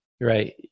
Right